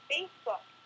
Facebook